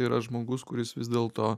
yra žmogus kuris vis dėlto